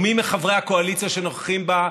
או מי מחברי הקואליציה שנוכחים בה,